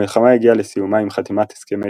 המלחמה הגיעה לסיומה עם חתימת הסכמי